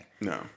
No